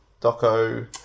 doco